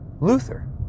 Luther